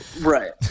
right